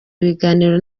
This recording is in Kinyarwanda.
biganiro